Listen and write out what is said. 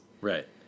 Right